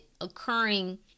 occurring